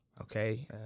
Okay